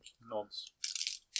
nods